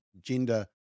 gender